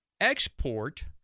export